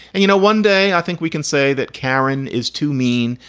and you know, one day i think we can say that karen is too mean,